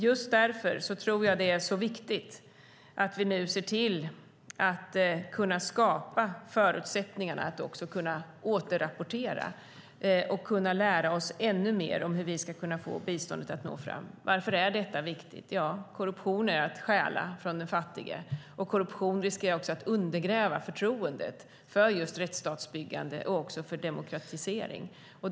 Just därför tror jag att det är så viktigt att vi nu ser till att skapa förutsättningar för att kunna återrapportera och kunna lära oss ännu mer om hur vi ska kunna få biståndet att nå fram. Varför är detta viktigt? Ja, korruption är att stjäla från den fattige. Korruption riskerar också att undergräva förtroendet för just rättsstatsbyggande och demokratisering.